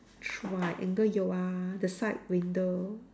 triangle 有 ah the side window